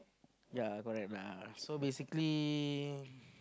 ya correct lah so basically